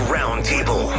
Roundtable